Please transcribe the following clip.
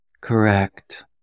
correct